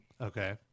Okay